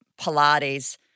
Pilates